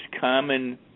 common